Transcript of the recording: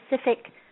specific